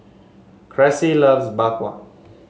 Cressie loves Bak Kwa